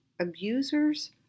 abusers